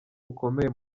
bukomeye